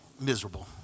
miserable